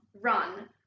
run